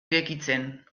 irekitzen